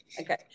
okay